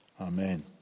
Amen